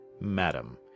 Madam